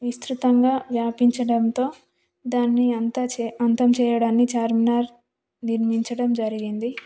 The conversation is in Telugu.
విస్తృతంగా వ్యాపించడంతో దాన్ని అంత చేయ అంతం చేయడాన్ని ఛార్మినార్ నిర్మించడం జరిగింది